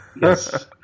Yes